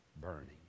burning